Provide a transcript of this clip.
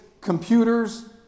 computers